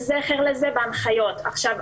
בהנחיות אין לזה זכר.